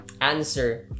answer